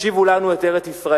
"השיבו לנו את ארץ-ישראל